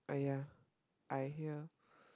!aiya! I hear